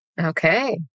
Okay